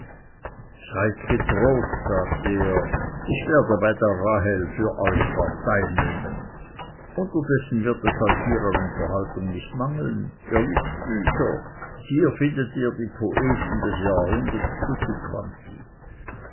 seid getrost sagte er ich werde bei der rahel für euch partei nehmen unterdessen wird es euch hier an unterhaltung nicht mangeln ihr liebt bücher hier findet ihr die poeten des jahrhunderts